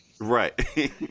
Right